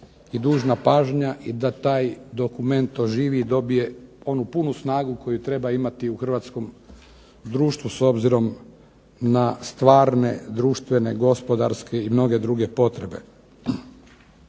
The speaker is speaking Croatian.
i dužna pažnja i da taj dokument oživi i dobije onu puno snagu koju treba imati u hrvatskom društvu s obzirom na stvarne, društvene, gospodarske i mnoge druge potrebe.